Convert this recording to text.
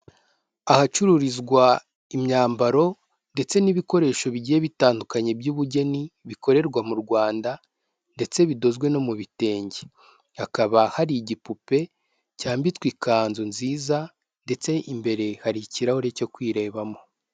Ahacururizwa imyambaro ndetse n'ibikoresho bigiye bitandukanye by'ubugeni, bikorerwa mu Rwanda ndetse bidozwe no mu bitenge, hakaba hari igipupe cyambitswe ikanzu nziza ndetse imbere hari ikirahure cyo kwirebamo.